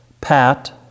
Pat